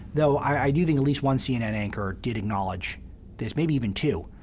though i do think at least one cnn anchor did acknowledge this, maybe even two.